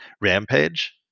Rampage